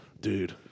Dude